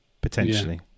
potentially